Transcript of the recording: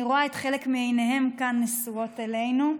אני רואה את חלק מעיניהם כאן נשואות אלינו,